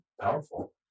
powerful